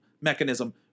mechanism